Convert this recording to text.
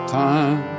time